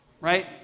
Right